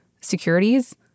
securities